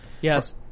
Yes